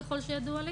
ככול שידוע לי